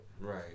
Right